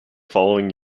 following